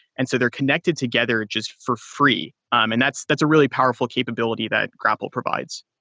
and so they're connected together just for free, and that's that's a really powerful capability that grapl provides.